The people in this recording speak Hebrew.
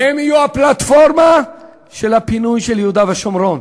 והם יהיו הפלטפורמה של פינוי יהודה ושומרון.